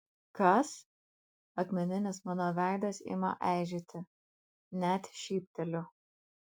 kas akmeninis mano veidas ima eižėti net šypteliu